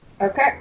Okay